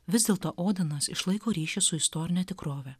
vis dėlto odenas išlaiko ryšį su istorine tikrove